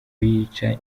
kuyica